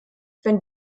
wenn